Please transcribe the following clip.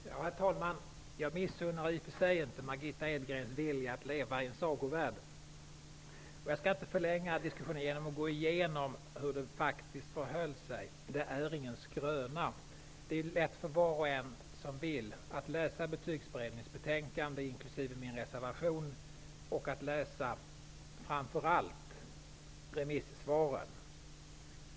Herr talman! Jag missunnar i och för sig inte Margitta Edgren hennes vilja att leva i en sagovärld. Jag skall inte förlänga diskussionen genom att gå igenom hur det faktiskt förhöll sig. Det jag säger är ingen skröna. Det är lätt för var och en som vill att läsa Betygsberedningens betänkande, inklusive min reservation, och framför allt remissvaren.